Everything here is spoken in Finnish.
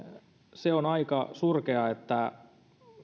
se on aika surkeaa että